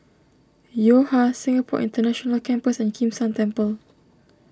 Yo Ha Singapore International Campus and Kim San Temple